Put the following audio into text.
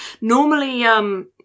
Normally